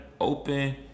open